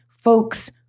Folks